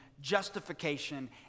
justification